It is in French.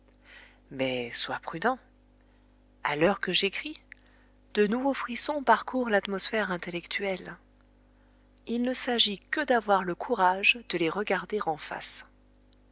mais sois prudent a l'heure que j'écris de nouveaux frissons parcourent l'atmosphère intellectuelle il ne s'agit que d'avoir le courage de les regarder en face